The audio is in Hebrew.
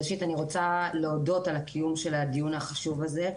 ראשית אני רוצה להודות על הקיום של הדיון החשוב הזה.